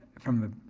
from the,